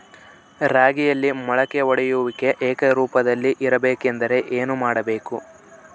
ರಾಗಿಯಲ್ಲಿ ಮೊಳಕೆ ಒಡೆಯುವಿಕೆ ಏಕರೂಪದಲ್ಲಿ ಇರಬೇಕೆಂದರೆ ಏನು ಮಾಡಬೇಕು?